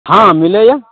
हाँ मिलैए